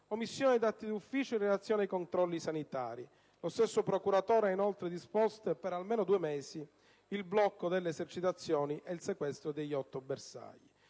omissione d'atti d'ufficio in relazione ai controlli sanitari. Lo stesso procuratore ha inoltre disposto, per almeno due mesi, il blocco delle esercitazioni e il sequestro di otto bersagli.